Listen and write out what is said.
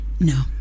No